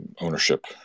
ownership